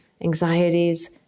anxieties